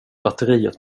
batteriet